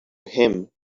him